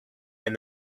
and